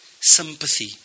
sympathy